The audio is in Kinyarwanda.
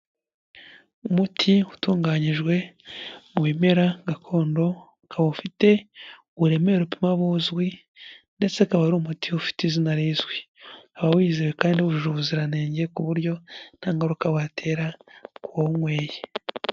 Umuti utunganyijwe mu bimera gakondo, ukaba ufite uburemere upima buzwi ndetse akaba ari umuti ufite izina rizwi, ukaba wizewe kandi wujuje ubuziranenge, ku buryo nta ngaruka watera uwawunyweye.